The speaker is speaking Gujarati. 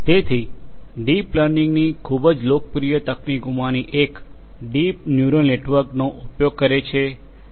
તેથી ડીપ લર્નિંગની ખૂબ જ લોકપ્રિય તકનીકોમાંની એક ડીપ ન્યુરલ નેટવર્ક નો ઉપયોગ કરે છે